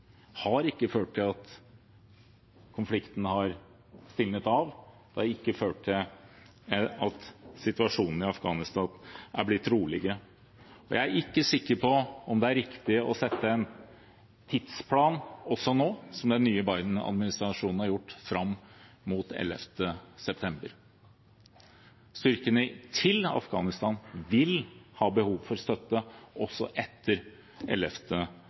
har ikke ført til at konflikten har stilnet. Det har ikke ført til at situasjonen i Afghanistan er blitt roligere. Jeg er ikke sikker på om det er riktig å sette en tidsplan nå – som den nye Biden-administrasjonen har gjort – fram mot 11. september. Styrkene til Afghanistan vil ha behov for støtte også etter